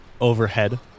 overhead